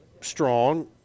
strong